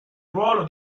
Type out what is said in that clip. ruolo